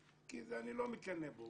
כי אני לא מקנא בו,